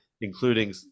including